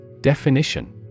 Definition